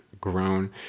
grown